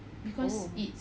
oh